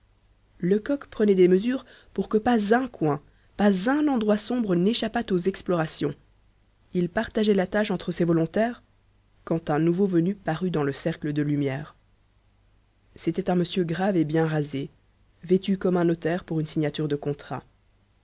lecoq prenait des mesures pour que pas un coin pas un endroit sombre n'échappât aux explorations il partageait la tâche entre ses volontaires quand un nouveau venu parut dans le cercle de lumière c'était un monsieur grave et bien rasé vêtu comme un notaire pour une signature de contrat